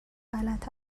غلط